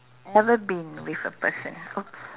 ever been with a person !oops!